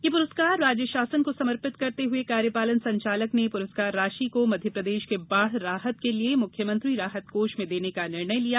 यह पुरस्कार राज्य शासन को समर्पित करते हुए कार्यपालन संचालक ने पुरस्कार राशि को मध्यप्रदेश के बाढ़ राहत के लिये मुख्यमंत्री राहत कोष में देने का निर्णय लिया